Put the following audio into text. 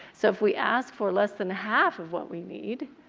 so if we ask for less than half of what we need,